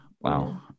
Wow